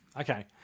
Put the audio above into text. okay